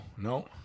no